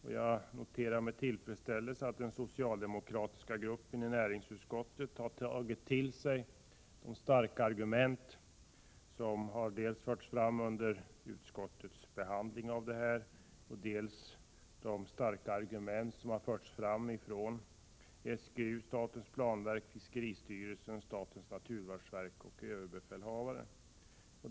Jag noterar således med tillfredsställelse att den socialdemokratiska gruppen i näringsutskottet har tagit till sig de starka argument som förts fram dels under utskottets behandling av frågan, dels, som sagt, av SGU, statens planverk, fiskeristyrelsen, statens naturvårdsverk och överbefälhavaren.